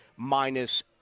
Minus